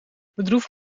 bedroefd